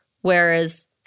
Whereas